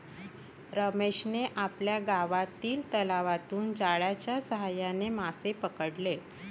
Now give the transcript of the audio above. रमेशने आपल्या गावातील तलावातून जाळ्याच्या साहाय्याने मासे पकडले